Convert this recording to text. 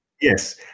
Yes